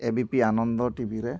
A B P Ananda TV ᱼᱨᱮ